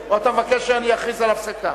או שאתה מבקש שאני אכריז על הפסקה?